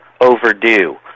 overdue